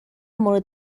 مورد